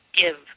give